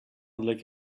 like